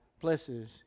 blesses